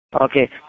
Okay